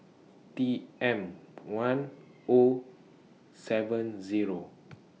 T M one O seven Zero